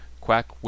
Quack